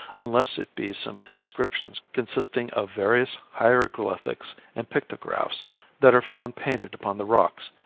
unless it be some inscriptions consisting of various hieroglyphics and pictographs that are found painted upon the rocks,